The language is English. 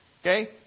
Okay